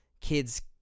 kids